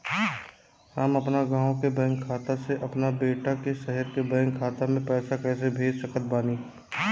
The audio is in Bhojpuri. हम अपना गाँव के बैंक खाता से अपना बेटा के शहर के बैंक खाता मे पैसा कैसे भेज सकत बानी?